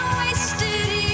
wasted